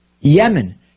Yemen